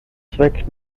zweck